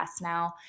now